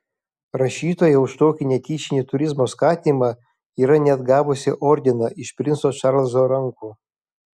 rašytoja už tokį netyčinį turizmo skatinimą yra net gavusi ordiną iš princo čarlzo rankų